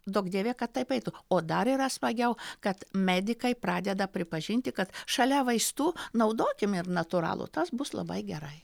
duok dieve kad taip eitų o dar yra smagiau kad medikai pradeda pripažinti kad šalia vaistų naudokim ir natūralų tas bus labai gerai